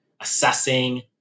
assessing